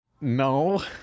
No